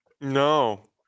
No